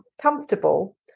comfortable